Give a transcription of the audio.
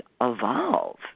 evolve